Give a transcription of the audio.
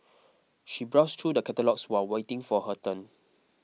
she browsed through the catalogues while waiting for her turn